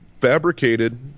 fabricated